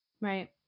Right